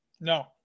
no